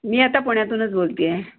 मी आता पुण्यातूनच बोलत आहे